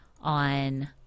on